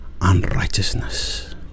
unrighteousness